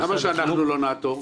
למה שאנחנו לא נעתור?